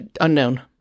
Unknown